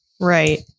Right